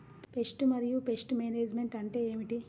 Pest మరియు pest management అంటే ఏమిటి?